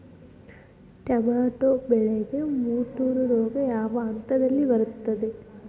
Tomato ಬೆಳೆಗೆ ಮುಟೂರು ರೋಗ ಯಾವ ಹಂತದಲ್ಲಿ ಬರುತ್ತೆ?